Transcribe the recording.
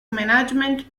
management